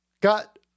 got